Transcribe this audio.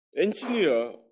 engineer